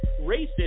racist